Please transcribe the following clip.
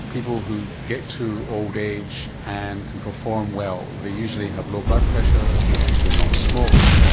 people who get to old age and can perform well. they usually have low blood pressure, they've usually not smoked,